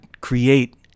create